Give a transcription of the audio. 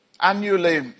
annually